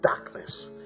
darkness